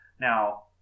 Now